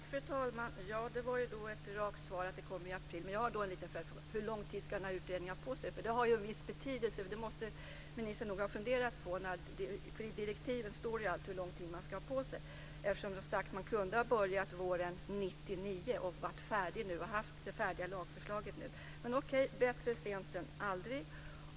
Fru talman! Det var ett rakt svar att direktivet kommer i april, men jag har då en liten följdfråga: Hur lång tid ska den här utredningen ha på sig? Det har ju en viss betydelse, och det måste ministern nog ha funderat på, för i direktiven står det ju alltid hur lång tid man ska ha på sig. Man kunde ju som sagt ha börjat våren 1999 och haft det färdiga lagförslaget nu. Men okej: Bättre sent än aldrig!